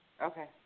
Okay